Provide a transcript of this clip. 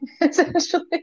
essentially